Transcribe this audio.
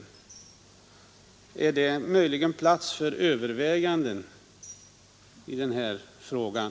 Finns det möjligen plats för överväganden i den här frågan?